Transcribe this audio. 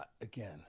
Again